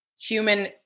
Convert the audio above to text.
human